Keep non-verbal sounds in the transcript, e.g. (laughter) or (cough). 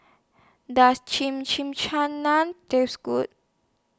Does (unintelligible) Taste Good